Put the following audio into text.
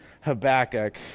Habakkuk